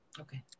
Okay